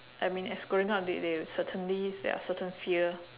I mean as growing up they they certainly there are certain fear